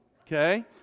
okay